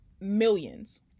millions